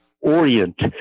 orient